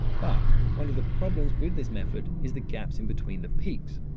but one of the problems with this method is the gaps in between the peaks.